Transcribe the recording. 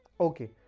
okay.